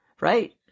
Right